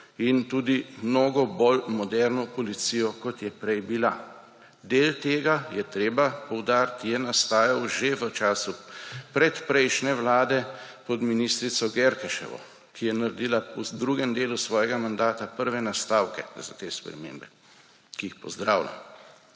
in tudi mnogo bolj moderno policijo, kot je prej bila. Del tega, je treba poudariti, je nastajal že v času pred prejšnje vlade pod ministrico Györkösevo, ki je naredila v drugem delu svojega mandata prve nastavke za te spremembe, ki jih pozdravljam,